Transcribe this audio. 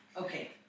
Okay